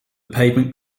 pavement